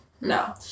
No